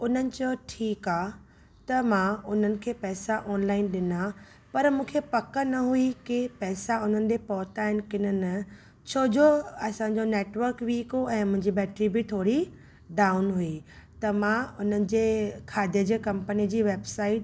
उन्हनि चयो ठीकु आहे त मां उन्हनि खे पैसा ऑनलाइन ॾिना पर मूंखे पक न हुई कि पैसा उन्हनि ॾे पहुता आहिनि की न न छो जो असांजो नेटवर्क वीक हुओ ऐं मुंहिंजी बैटरी बि थोरी डाउन हुई त मां उन्हनि जे खाधे जे कम्पनी जी वेबसाइट